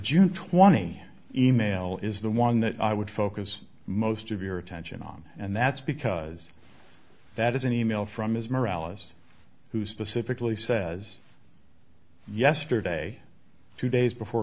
june twenty in mail is the one that i would focus most of your attention on and that's because that is an email from his morality who specifically says yesterday two days before